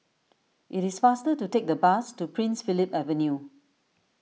it is faster to take the bus to Prince Philip Avenue